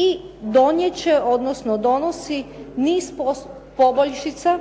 i donijet će, odnosno donosi niz poboljšica